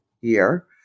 year